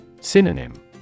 Synonym